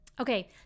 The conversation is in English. okay